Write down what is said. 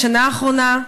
בשנה האחרונה,